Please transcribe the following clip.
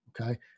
Okay